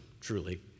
truly